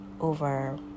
over